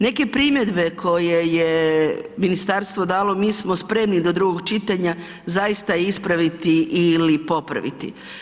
Neke primjedbe koje je ministarstvo dalo, mi smo spremni do drugog čitanja zaista ispraviti ili popraviti.